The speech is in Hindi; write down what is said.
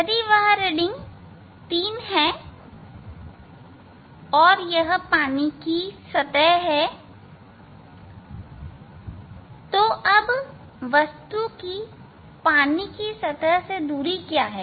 यदि वह रीडिंग 3 है और यह पानी की सतह है तो अब वस्तु की पानी की सतह से दूरी क्या है